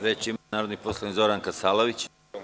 Reč ima narodni poslanik Zoran Kasalović.